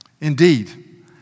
Indeed